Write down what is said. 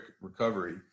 recovery